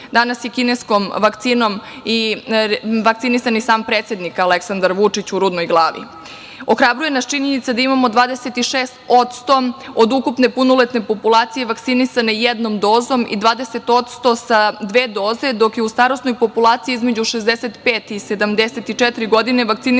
Danas je kineskom vakcinom vakcinisan i sam predsednik Aleksandar Vučić u Rudnoj Glavi. Ohrabruje nas činjenica da imamo 26% od ukupne punoletne populacije vakcinisane jednom dozom i 20% sa dve doze, dok je u starosnoj populaciji između 65 i 74 godine vakcinisano